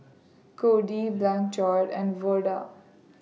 Codi Blanchard and Verda